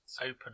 open